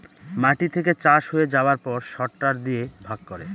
মাটি থেকে চাষ হয়ে যাবার পর সরটার দিয়ে ভাগ করে